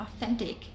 authentic